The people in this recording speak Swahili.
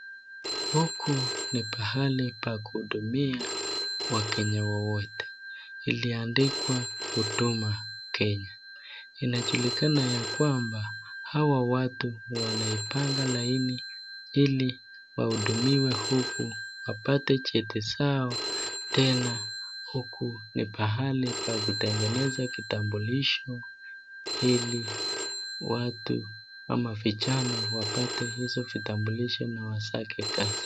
Huku ni pahali pa kuhudumia wa kenya wowote iliandikwa huduma kenya. Inajulikana ya kwamba hawa watu wanapanga laini ili wahudumiwe huku wapate cheti zao tena huku ni pahali pa kutengeneza kitambulisho ili watu ama vijana wapate hizo vitambulisho na wasake kazi.